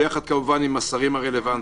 ביחד כמובן עם השרים הרלוונטיים.